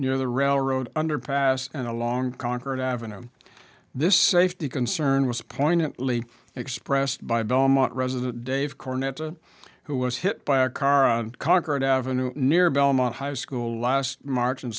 near the railroad underpass and along concord avenue this safety concern was pointed expressed by belmont resident dave cornet a who was hit by a car and conquered avenue near belmont high school last march